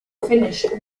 finnish